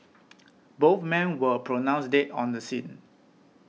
both men were pronounced dead on the scene